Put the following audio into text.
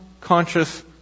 conscious